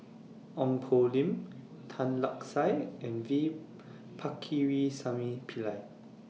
Ong Poh Lim Tan Lark Sye and V Pakirisamy Pillai